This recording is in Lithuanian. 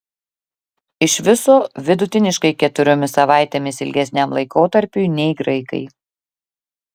iš viso vidutiniškai keturiomis savaitėmis ilgesniam laikotarpiui nei graikai